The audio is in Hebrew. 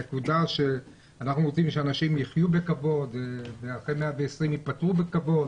שאנחנו רוצים שאנשים יחיו בכבוד ואחרי 120 יפטרו בכבוד.